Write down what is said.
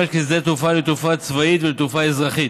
כשדה תעופה לתעופה צבאית ולתעופה אזרחית.